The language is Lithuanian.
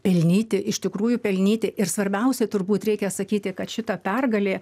pelnyti iš tikrųjų pelnyti ir svarbiausia turbūt reikia sakyti kad šita pergalė